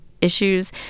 issues